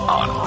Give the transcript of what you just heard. on